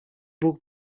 bóg